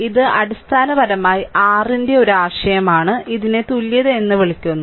ഇത് അടിസ്ഥാനപരമായി r ന്റെ ഒരു ആശയമാണ് ഇതിനെ തുല്യത എന്ന് വിളിക്കുന്നു